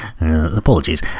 apologies